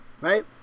Right